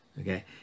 okay